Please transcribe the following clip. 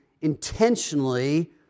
intentionally